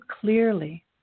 clearly